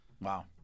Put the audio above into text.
Wow